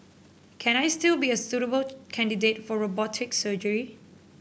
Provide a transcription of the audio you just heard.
can I still be a suitable candidate for robotic surgery